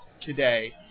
today